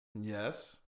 Yes